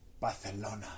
Barcelona